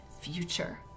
future